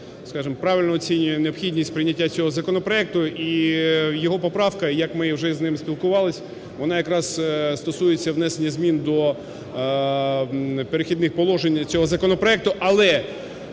правильно оцінює необхідність прийняття цього законопроекту і його поправка, як ми вже з ним спілкувались, вона якраз стосується внесення змін до "Перехідних положень" цього законопроекту. Але